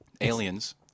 Aliens